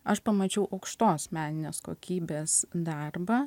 aš pamačiau aukštos meninės kokybės darbą